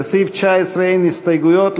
לסעיף 19 אין הסתייגויות,